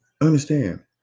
understand